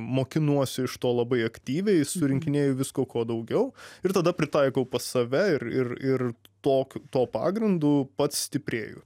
mokinuosi iš to labai aktyviai surinkinėju visko ko daugiau ir tada pritaikau pas save ir ir ir tokiu to pagrindu pats stiprėju